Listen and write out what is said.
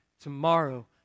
tomorrow